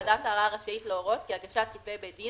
ועדת הערר רשאית להורות כי הגשת כתבי בית-דין